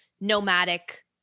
nomadic